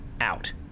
out